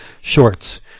shorts